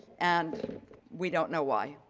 and we don't know why.